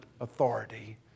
authority